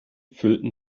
füllten